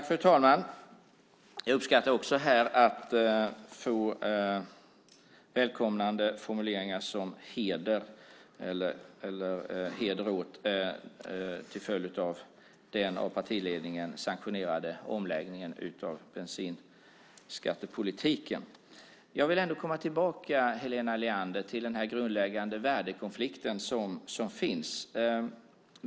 Fru talman! Jag uppskattar också här att få välkomnade formuleringar om heder. Det var heder till följd av den av partiledningen sanktionerade omläggningen av bensinskattepolitiken. Jag vill ändå komma tillbaka, Helena Leander, till den grundläggande värdekonflikt som finns.